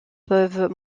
peuvent